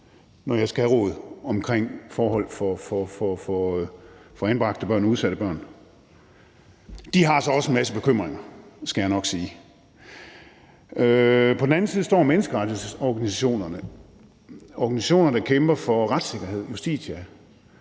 når jeg skal have råd om forhold for anbragte børn og udsatte børn. De har så også en masse bekymringer, skal jeg lige sige. På den anden side står menneskerettighedsorganisationerne, og det er organisationer, der kæmper for retssikkerhed, Justitia,